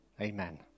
Amen